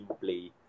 play